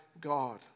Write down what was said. God